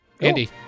Andy